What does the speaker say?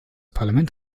parlament